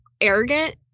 arrogant